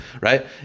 right